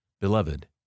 Beloved